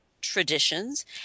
traditions